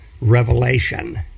Revelation